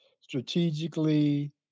strategically